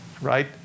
right